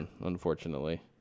unfortunately